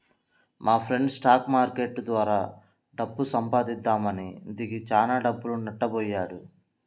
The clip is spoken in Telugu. మాఫ్రెండు స్టాక్ మార్కెట్టు ద్వారా డబ్బు సంపాదిద్దామని దిగి చానా డబ్బులు నట్టబొయ్యాడు